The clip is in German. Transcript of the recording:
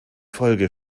folge